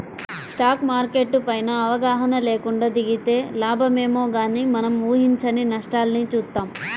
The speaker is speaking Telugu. స్టాక్ మార్కెట్టు పైన అవగాహన లేకుండా దిగితే లాభాలేమో గానీ మనం ఊహించని నష్టాల్ని చూత్తాం